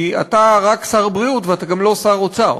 כי אתה רק שר הבריאות ואתה לא גם שר האוצר,